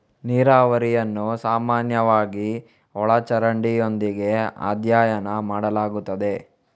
ನೀರಾವರಿಯನ್ನು ಸಾಮಾನ್ಯವಾಗಿ ಒಳ ಚರಂಡಿಯೊಂದಿಗೆ ಅಧ್ಯಯನ ಮಾಡಲಾಗುತ್ತದೆ